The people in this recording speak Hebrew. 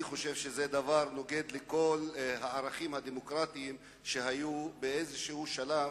מנוגדים לכל הערכים הדמוקרטיים שהיו באיזה שלב